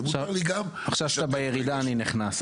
ומותר לי גם --- עכשיו כשאתה בירידה, אני נכנס.